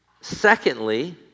Secondly